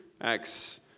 Acts